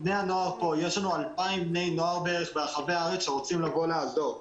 יש לנו בערך 2,000 בני נוער ברחבי הארץ שרוצים לבוא ולעזור.